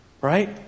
right